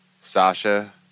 Sasha